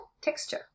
Texture